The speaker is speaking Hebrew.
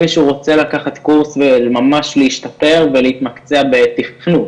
אם מישהו רוצה לקחת קורס וממש להשתפר ולהתמקצע בתכנות,